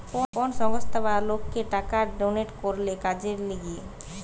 কোন সংস্থা বা লোককে টাকা ডোনেট করলে কাজের লিগে